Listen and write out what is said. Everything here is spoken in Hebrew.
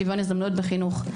לשוויון הזדמנויות בחינוך.